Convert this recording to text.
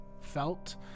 felt